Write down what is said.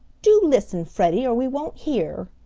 do listen, freddie, or we won't hear,